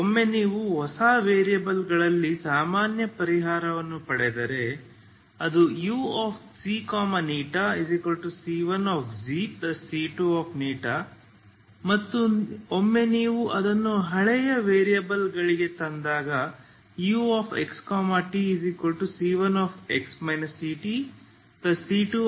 ಒಮ್ಮೆ ನೀವು ಹೊಸ ವೇರಿಯೇಬಲ್ಗಳಲ್ಲಿ ಸಾಮಾನ್ಯ ಪರಿಹಾರವನ್ನು ಪಡೆದರೆ ಅದು uξηc1c2 ಮತ್ತು ಒಮ್ಮೆ ನೀವು ಅದನ್ನು ಹಳೆಯ ವೇರಿಯೇಬಲ್ಗಳಿಗೆ ತಂದಾಗ uxtc1x ctc2xct